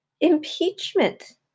impeachment